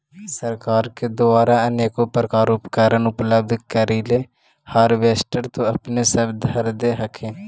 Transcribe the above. सरकार के द्वारा अनेको प्रकार उपकरण उपलब्ध करिले हारबेसटर तो अपने सब धरदे हखिन?